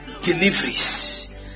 deliveries